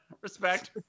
Respect